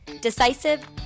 decisive